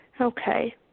Okay